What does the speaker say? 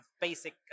basic